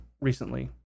recently